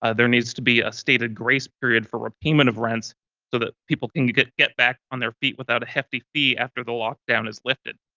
ah there needs to be a stated grace period for repayment of rents so that people can get get back on their feet without a hefty fee after the lockdown is lifted.